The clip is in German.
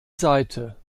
seite